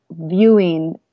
viewing